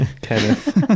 Kenneth